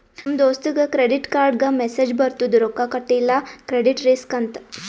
ನಮ್ ದೋಸ್ತಗ್ ಕ್ರೆಡಿಟ್ ಕಾರ್ಡ್ಗ ಮೆಸ್ಸೇಜ್ ಬರ್ತುದ್ ರೊಕ್ಕಾ ಕಟಿಲ್ಲ ಕ್ರೆಡಿಟ್ ರಿಸ್ಕ್ ಅಂತ್